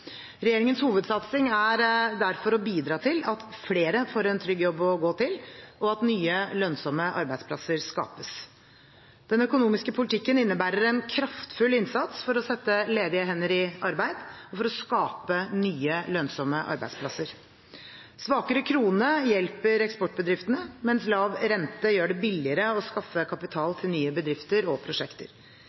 Regjeringens hovedsatsing er derfor å bidra til at flere får en trygg jobb å gå til, og at nye lønnsomme arbeidsplasser skapes. Den økonomiske politikken innebærer en kraftfull innsats for å sette ledige hender i arbeid, og for å skape nye lønnsomme arbeidsplasser. Svakere krone hjelper eksportbedriftene, mens lav rente gjør det billigere å skaffe kapital til nye bedrifter og prosjekter.